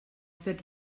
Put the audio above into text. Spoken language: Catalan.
fet